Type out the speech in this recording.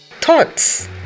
Thoughts